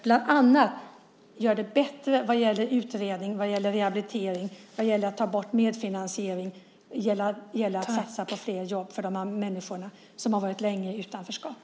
Vi gör det bättre när det gäller utredning och rehabilitering, när det gäller att ta bort medfinansiering och när det gäller att satsa på flera jobb för de människor som har varit länge i utanförskap.